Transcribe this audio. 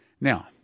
Now